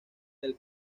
del